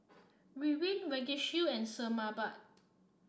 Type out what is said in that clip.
Ridwind Vagisil and Sebamed